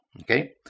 okay